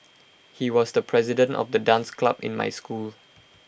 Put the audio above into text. he was the president of the dance club in my school